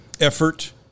Effort